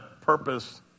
purpose